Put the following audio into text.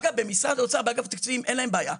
אגב, במשרד האוצר באגף תקציבים אין להם בעיה.